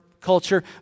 culture